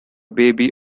baby